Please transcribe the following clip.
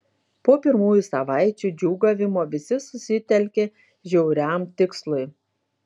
po pirmųjų savaičių džiūgavimo visi susitelkė žiauriam tikslui